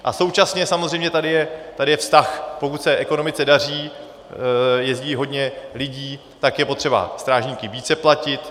A současně samozřejmě je tady vztah, pokud se ekonomice daří, jezdí hodně lidí, tak je potřeba strážníky více platit.